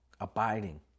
abiding